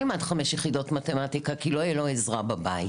הוא לא ילמד חמש יחידות מתמטיקה כי לא יהיה לו עזרה בבית,